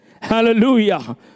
Hallelujah